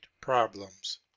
problems